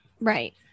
Right